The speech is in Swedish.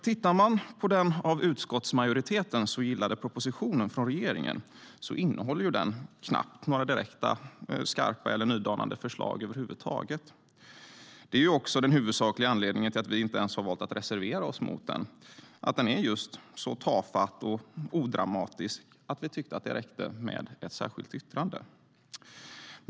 Tittar man på den av utskottsmajoriteten så gillade propositionen från regeringen ser man att den knappast innehåller några direkt skarpa eller nydanande förslag över huvud taget. Det är också den huvudsakliga anledningen till att vi valt att inte reservera oss mot den, att den är så tafatt och odramatisk att vi tyckte att det räckte med ett särskilt yttrande.